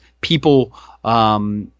people